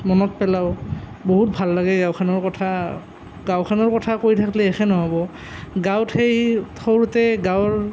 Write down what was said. মনত পেলাওঁ বহুত ভাল লাগে গাঁওখনৰ কথা গাঁওখনৰ কথা কৈ থাকিলে শেষেই নহ'ব গাঁৱত সেই সৰুতে গাঁৱৰ